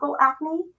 acne